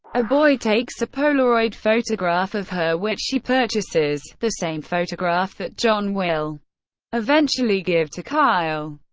a boy takes a polaroid photograph of her which she purchases the same photograph that john will eventually give to kyle.